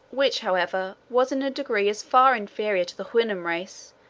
which, however, was in a degree as far inferior to the houyhnhnm race,